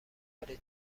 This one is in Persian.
ولی